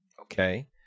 Okay